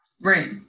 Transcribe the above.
Right